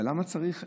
אבל למה צריך,